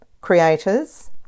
creators